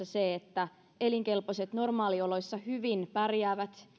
se että elinkelpoiset normaalioloissa hyvin pärjäävät